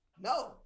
no